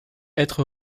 être